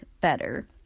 better